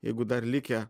jeigu dar likę